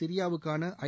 சிரியாவுக்கான ஐ